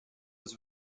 was